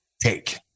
take